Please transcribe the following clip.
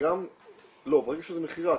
לא, ברגע שזה מכירה.